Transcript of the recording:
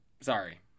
Sorry